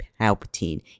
Palpatine